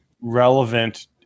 relevant